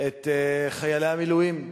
את חיילי המילואים.